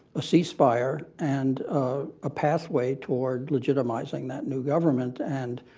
a ceasefire and a pathway toward legitimizing that new government, and